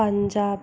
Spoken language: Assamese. পাঞ্জাৱ